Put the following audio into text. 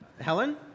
Helen